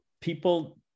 people